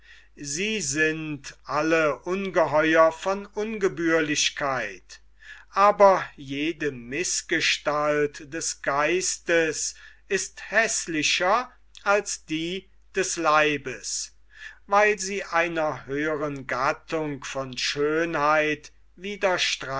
sie sind alle ungeheuer von ungebührlichkeit aber jede mißgestalt des geistes ist häßlicher als die des leibes weil sie einer höheren gattung von schönheit